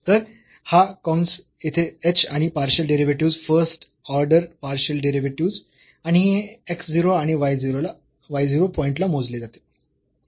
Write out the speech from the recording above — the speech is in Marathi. तर हा कंस येथे h आणि partial derivatives first order partial derivatives आणि हे x 0 आणि y 0 पॉईंट ला मोजले जाते